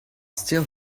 still